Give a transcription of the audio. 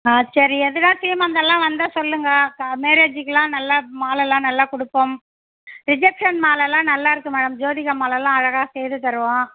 ஆ சரி எதுனா சீமந்தம்லாம் வந்தால் சொல்லுங்கள் மேரேஜிக்கெல்லாம் நல்லா மாலைலாம் நல்லா கொடுப்போம் ரிசெப்ஷன் மாலைலாம் நல்லாயிருக்கும் மேடம் ஜோதிகா மாலைலாம் அழகாக செய்து தருவோம்